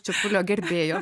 čepulio gerbėjos